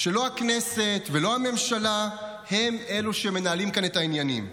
שלא הכנסת ולא הממשלה הם אלה שמנהלות כאן את העניינים.